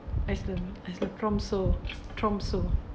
iceland as the tromso